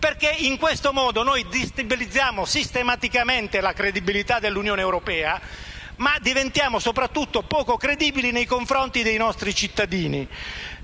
In questo modo noi destabilizziamo sistematicamente la credibilità dell'Unione europea, e diventiamo soprattutto poco credibili nei confronti dei nostri cittadini.